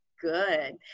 Good